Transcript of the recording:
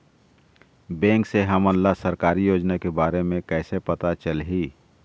Bank से हमन ला सरकारी योजना के बारे मे कैसे पता चलही?